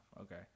Okay